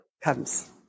comes